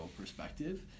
perspective